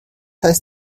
heißt